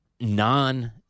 non